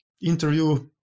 interview